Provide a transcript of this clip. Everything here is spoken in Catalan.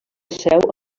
seu